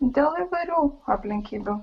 dėl įvairių aplinkybių